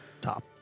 Top